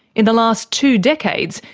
in the last two decades,